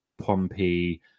Pompey